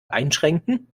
einschränken